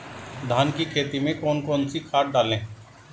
धान की खेती में कौन कौन सी खाद डालें?